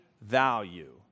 value